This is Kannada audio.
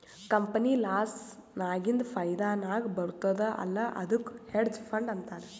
ಕಂಪನಿ ಲಾಸ್ ನಾಗಿಂದ್ ಫೈದಾ ನಾಗ್ ಬರ್ತುದ್ ಅಲ್ಲಾ ಅದ್ದುಕ್ ಹೆಡ್ಜ್ ಫಂಡ್ ಅಂತಾರ್